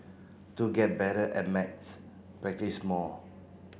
to get better at maths practise more